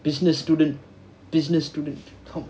business student business student ho~